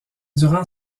durant